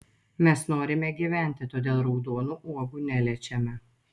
mes norime gyventi todėl raudonų uogų neliečiame